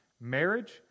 Marriage